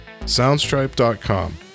Soundstripe.com